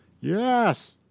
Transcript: Yes